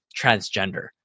transgender